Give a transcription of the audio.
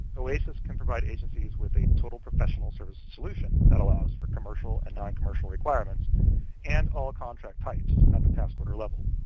oasis can provide agencies with a total professional services solution that allows for commercial and non-commercial requirements and all contract types at the task order level.